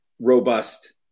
robust